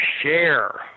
Share